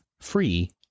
Free